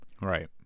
Right